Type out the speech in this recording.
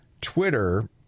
Twitter